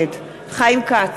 חיים כץ,